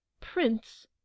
Prince